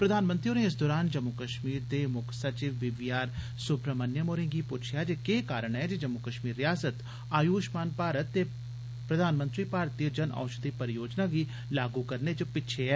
प्रधानमंत्रीहोरें इस दरान जम्मू कश्मीर दे मुक्ख सचिव बी वी आर सुब्राहमणयम होरें गी पुच्छेआ जे केह् कारण ऐ जे जम्मू कश्मीर रिआसत आयुषमान भारत ते प्रधानमंत्री भारतीय जन औषधि परियोजना गी लागू करने च पिच्छे ऐ